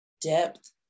depth